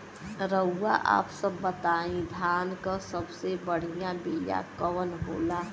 रउआ आप सब बताई धान क सबसे बढ़ियां बिया कवन होला?